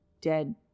dead